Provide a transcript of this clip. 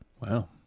Wow